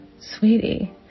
sweetie